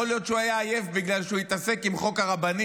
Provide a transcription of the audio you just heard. יכול להיות שהוא היה עייף בגלל שהוא התעסק עם חוק הרבנים,